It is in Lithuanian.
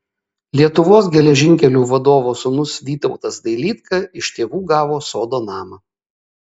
lietuvos geležinkelių vadovo sūnus vytautas dailydka iš tėvų gavo sodo namą